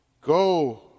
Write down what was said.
Go